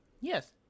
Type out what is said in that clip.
Yes